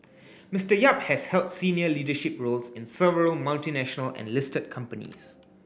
Mister Yap has held senior leadership roles in several multinational and listed companies